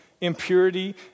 impurity